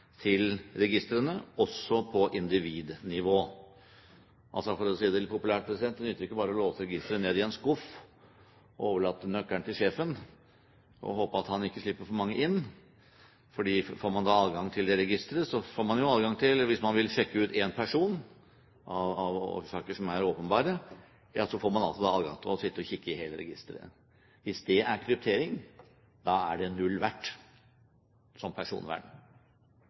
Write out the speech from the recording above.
til registrene, også på individnivå. For å si det litt populært: Det nytter ikke bare å låse registeret ned i en skuff og overlate nøkkelen til sjefen, og håpe at han ikke slipper for mange inn, for får man adgang til det registeret, får man jo adgang til – hvis man vil sjekke ut én person, av årsaker som er åpenbare – å sitte og kikke i hele registeret. Hvis det er kryptering, er det null verdt som personvern.